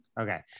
Okay